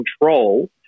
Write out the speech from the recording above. control